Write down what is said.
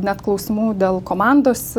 net klausimų dėl komandos